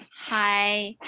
hi.